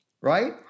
Right